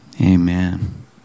Amen